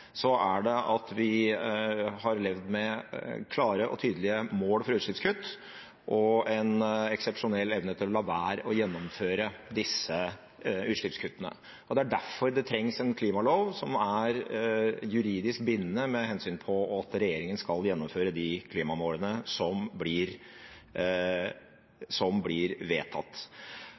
så er det at vi har levd med klare og tydelige mål for utslippskutt og en eksepsjonell evne til å la være å gjennomføre disse utslippskuttene. Det er derfor det trengs en klimalov som er juridisk bindende med hensyn til at regjeringen skal gjennomføre de klimamålene som blir